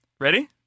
Ready